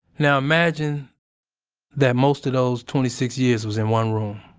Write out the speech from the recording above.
now, imagine that most of those twenty six years was in one room